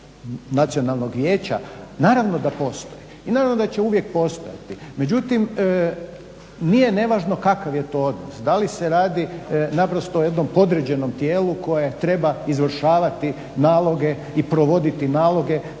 nacionalnog vijeća naravno da postoji i naravno da će uvijek postojati. Međutim nije nevažno kakav je to odnos, da li se radi o jednom podređenom tijelu koje treba izvršavati naloge i provoditi naloge